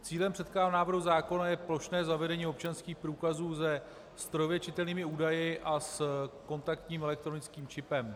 Cílem předkládaného návrhu zákona je plošné zavedení občanských průkazů se strojově čitelnými údaji a s kontaktním elektronickým čipem.